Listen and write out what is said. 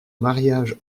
mariage